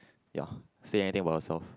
ya say anything about yourself